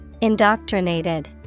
Indoctrinated